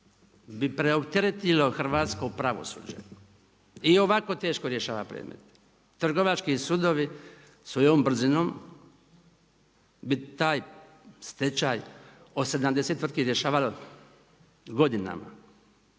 bi preopteretilo hrvatsko pravosuđe, i ovako teško rješava predmete. Trgovački sudovi su ovom brzinom, bi taj stečaj od 70 tvrtki rješavalo godinama.